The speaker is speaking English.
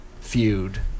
feud